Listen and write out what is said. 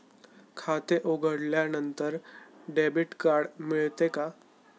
खाते उघडल्यानंतर debit card मिळते का?